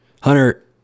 Hunter